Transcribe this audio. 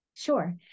Sure